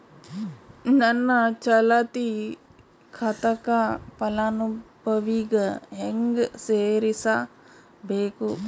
ನನ್ನ ಚಾಲತಿ ಖಾತಾಕ ಫಲಾನುಭವಿಗ ಹೆಂಗ್ ಸೇರಸಬೇಕು?